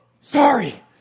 sorry